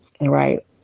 right